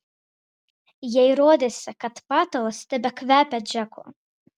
jai rodėsi kad patalas tebekvepia džeku